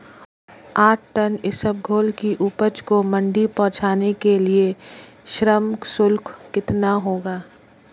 आठ टन इसबगोल की उपज को मंडी पहुंचाने के लिए श्रम शुल्क कितना होगा?